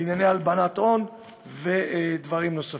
לענייני הלבנת הון ודברים נוספים.